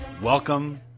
Welcome